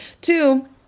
Two